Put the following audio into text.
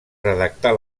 redactar